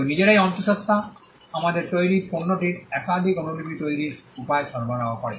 এবং নিজেরাই অন্তঃসত্ত্বা আমাদের তৈরি পণ্যটির একাধিক অনুলিপি তৈরির উপায় সরবরাহ করে